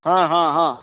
ହଁ ହଁ ହଁ